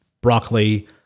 broccoli